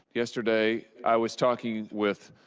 yesterday, i was talking with